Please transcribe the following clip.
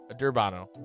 Adurbano